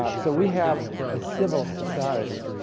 ah so we have a civil society.